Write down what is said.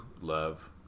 love